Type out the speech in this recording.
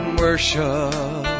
worship